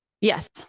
yes